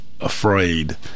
afraid